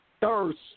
thirst